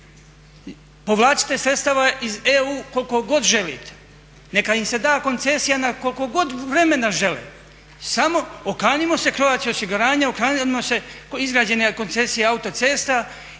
povlačite sredstava iz EU koliko god želite. Neka im se da koncesija na koliko god vremena žele samo okanimo se Croatia osiguranja, okanimo se izgrađene koncesije autocesta